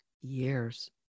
Years